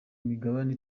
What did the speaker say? migabane